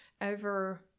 over